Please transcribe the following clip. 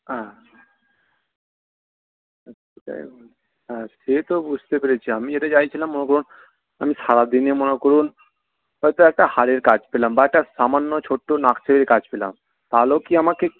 হ্যাঁ হ্যাঁ সে তো বুঝতে পেরেছি আমি যেটা চাইছিলাম মনে করুন আমি সারাদিনে মনে করুন হয়তো একটা হারের কাজ পেলাম বা একটা সামান্য ছোটো নাকছাবির কাজ পেলাম তাহলেও কি আমাকে